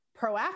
proactive